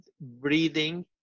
Breathing